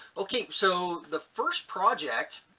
okay. so the first project,